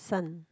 son